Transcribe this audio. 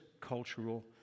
cultural